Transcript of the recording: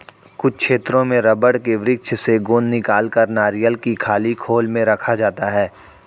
कुछ क्षेत्रों में रबड़ के वृक्ष से गोंद निकालकर नारियल की खाली खोल में रखा जाता है